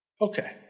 Okay